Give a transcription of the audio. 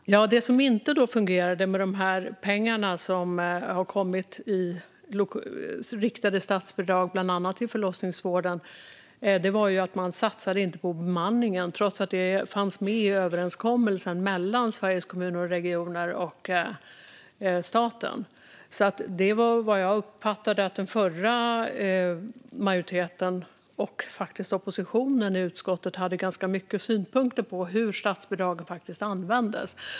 Fru talman! Det som inte fungerade med de pengar som kom i riktade statsbidrag bland annat till förlossningsvården var att man inte satsade på bemanningen trots att det fanns med i överenskommelsen mellan Sveriges Kommuner och Regioner och staten. Jag uppfattade det som att den förra majoriteten och även oppositionen i utskottet hade ganska mycket synpunkter på detta, hur statsbidraget användes.